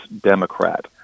Democrat